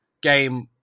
game